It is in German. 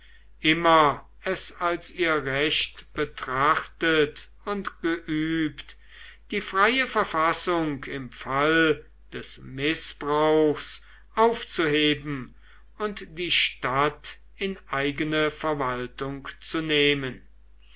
immer es als ihr recht betrachtet und geübt die freie verfassung im fall des mißbrauchs aufzuheben und die stadt in eigene verwaltung zu nehmen